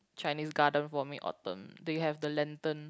Chinese Garden for Mid Autumn they have the lantern